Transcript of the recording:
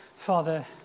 Father